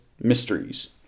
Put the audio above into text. mysteries